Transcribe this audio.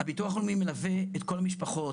הביטוח הלאומי מלווה את כל המשפחות,